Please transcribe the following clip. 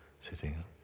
sitting